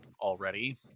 already